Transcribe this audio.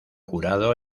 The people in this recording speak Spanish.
jurado